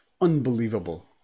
unbelievable